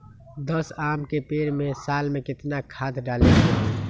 दस आम के पेड़ में साल में केतना खाद्य डाले के होई?